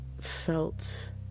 felt